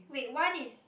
wait one is